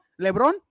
LeBron